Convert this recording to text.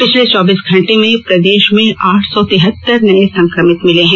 पिछले चौबीस घंटे में प्रदेश में आठ सौ तिहत्तर नए संक्रमित मिले हैं